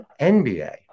nba